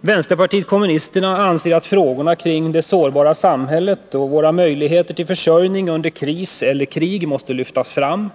Vänsterpartiet kommunisterna anser att frågorna kring "Det sårbara samhället” och våra möjligheter till försörjning under kris eller krig måste lyftas fram.